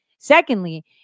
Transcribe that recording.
Secondly